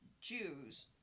Jews